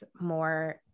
more